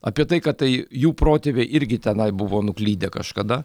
apie tai kad tai jų protėviai irgi tenai buvo nuklydę kažkada